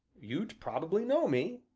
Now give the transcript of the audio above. you'd probably know me,